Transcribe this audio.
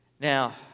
Now